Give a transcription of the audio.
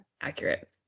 Accurate